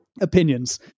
opinions